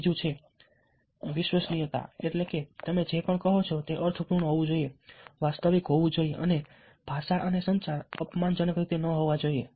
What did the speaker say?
બીજું છે વિશ્વસનીયતા એટલે કે તમે જે પણ કહો છો તે અર્થપૂર્ણ હોવું જોઈએ વાસ્તવિક હોવું જોઈએ અને ભાષા અને સંચાર અપમાનજનક રીતે ન હોવા જોઈએ